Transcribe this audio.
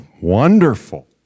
wonderful